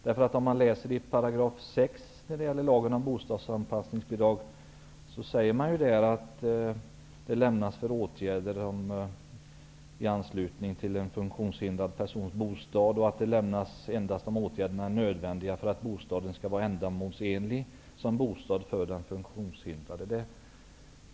Läser man 6 § i lagen om bostadsanpassningsbidrag, finner man att bidrag för åtgärder i anslutning till en funktionshindrad persons bostad lämnas ''endast om åtgärderna är nödvändiga för att bostaden skall vara ändamålsenlig som bostad för den funktionshindrade''.